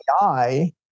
AI